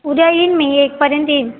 उद्या येईन मी एकपर्यंत येईन